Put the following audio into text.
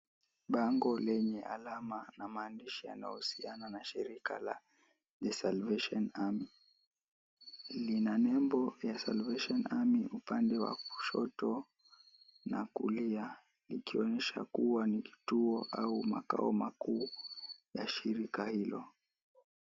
Bango lenye alama na maandishi yanayohusiana na shirika la The Salvation Army. Lina nembo ya Salvation Army upande wa kushoto, na kulia, ikionyesha kuwa ni kituo au makao makuu ya shirika hilo.